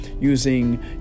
using